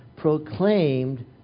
Proclaimed